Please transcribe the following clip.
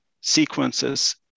sequences